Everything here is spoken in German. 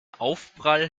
aufprall